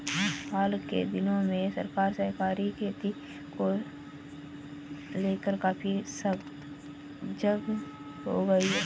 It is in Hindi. हाल के दिनों में सरकार सहकारी खेती को लेकर काफी सजग हो गई है